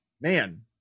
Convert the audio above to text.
man